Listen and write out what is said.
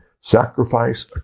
sacrifice